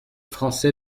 français